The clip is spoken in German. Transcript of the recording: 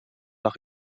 nach